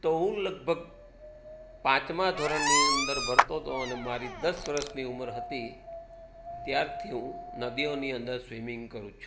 તો હું લગભગ પાંચમાં ધોરણની અંદર ભણતો હતો અને મારી દસ વરસની ઉંમર હતી ત્યારથી હું નદીઓની અંદર સ્વિમિંંગ કરું છું